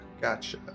gotcha